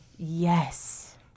Yes